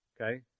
okay